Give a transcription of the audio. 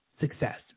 success